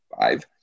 Five